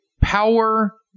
power